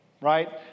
right